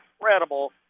incredible